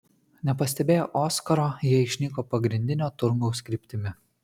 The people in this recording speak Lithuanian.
nepastebėję oskaro jie išnyko pagrindinio turgaus kryptimi